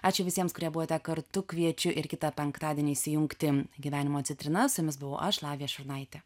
ačiū visiems kurie buvote kartu kviečiu ir kitą penktadienį įsijungti gyvenimo citrinas su jumis buvau aš lavija šurnaitė